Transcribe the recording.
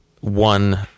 one